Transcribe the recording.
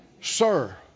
Sir